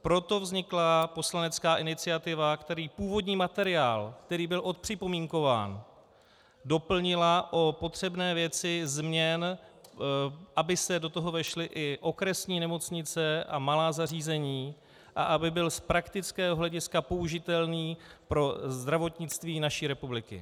Proto vznikla poslanecká iniciativa, která původní materiál, který byl odpřipomínkován, doplnila o potřebné věci změn, aby se do toho vešly i okresní nemocnice a malá zařízení a aby byl z praktického hlediska použitelný pro zdravotnictví naší republiky.